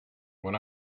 when